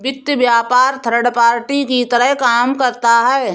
वित्त व्यापार third party की तरह काम करता है